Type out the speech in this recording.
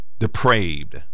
Depraved